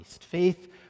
Faith